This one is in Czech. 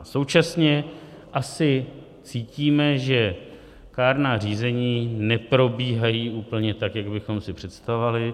Současně asi cítíme, že kárná řízení neprobíhají úplně tak, jak bychom si představovali.